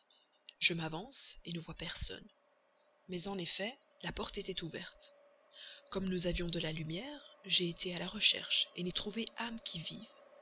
je m'avance ne vois personne mais en effet la porte était ouverte comme nous avions de la lumière j'ai été à la recherche n'ai trouvé âme qui vive